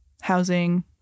housing